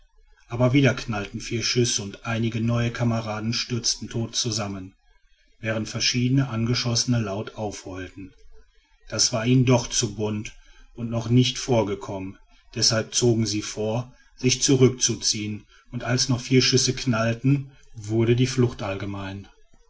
aber wieder knallten vier schüsse und einige neue kameraden stürzten tot zusammen während verschiedene angeschossene laut aufheulten das war ihnen doch zu bunt und noch nicht vorgekommen deshalb zogen sie vor sich zurückzuziehen und als noch vier schüsse knallten wurde die flucht allgemein